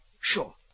Sure